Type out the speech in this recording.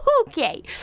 okay